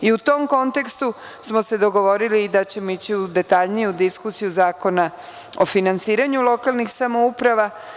U tom kontekstu smo se dogovorili da ćemo ići u detaljniju diskusiju Zakona o finansiranju lokalnih samouprava.